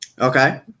okay